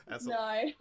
No